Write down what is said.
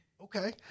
Okay